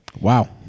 Wow